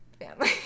family